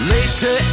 Later